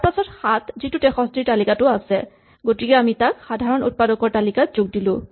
তাৰপাছত ৭ যিটো ৬৩ ৰ তালিকাটো আছে গতিকে আমি তাক সাধাৰণ উৎপাদকৰ তালিকাত যোগ দিলো